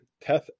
Teth